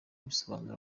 bisobanuye